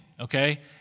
Okay